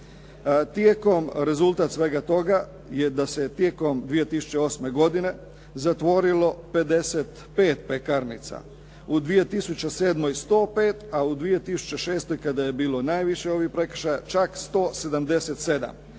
48%. Rezultat svega toga je da se tijekom 2008. godine zatvorilo 55 pekarnica, u 2007. 105, a u 2006. kada je bilo naviše ovih prekršaja čak 177